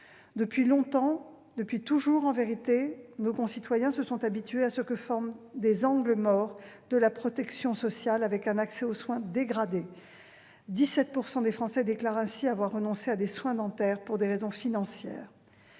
Depuis longtemps, depuis toujours en vérité, nos concitoyens se sont habitués à ce que se forment des « angles morts » de la protection sociale, avec un accès aux soins dégradé : 17 % des Français déclarent ainsi avoir renoncé à des soins dentaires pour des raisons financières.